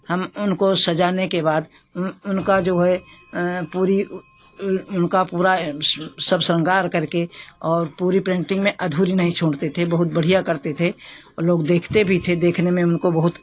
हम उनको सजाने के बाद उन उनका जो है पूरी उनका पूरा सब शृंगार करके और पूरी पेंटिंग में करके और पूरी पेंटिंग में अधूरी नहीं छोड़ते थे पूरा बढ़िया करते थे और लोग देखते भी थे देखने में उनको बहुत